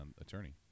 attorney